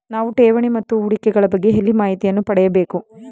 ನಾವು ಠೇವಣಿ ಮತ್ತು ಹೂಡಿಕೆ ಗಳ ಬಗ್ಗೆ ಎಲ್ಲಿ ಮಾಹಿತಿಯನ್ನು ಪಡೆಯಬೇಕು?